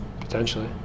Potentially